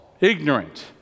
ignorant